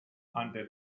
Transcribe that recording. ante